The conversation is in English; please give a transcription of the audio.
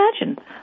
imagine